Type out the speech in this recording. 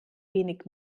wenig